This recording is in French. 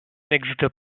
n’existe